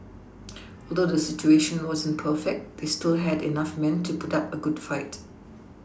although the situation wasn't perfect they still had enough men to put up a good fight